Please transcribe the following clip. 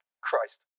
Christ